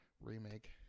remake